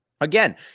again